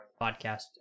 Podcast